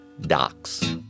docs